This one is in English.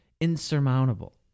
insurmountable